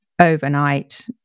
overnight